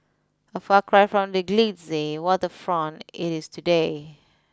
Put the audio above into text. a far cry from the glitzy waterfront it is today